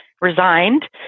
resigned